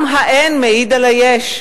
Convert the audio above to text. גם האין מעיד על היש.